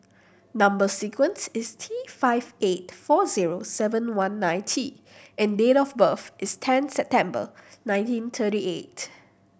number sequence is T five eight four zero seven one nine T and date of birth is ten September nineteen thirty eight